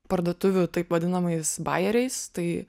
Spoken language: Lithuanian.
parduotuvių taip vadinamais bajeriais tai